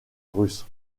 russe